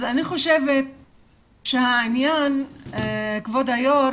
אז אני חושבת שהעניין, כבוד היו"ר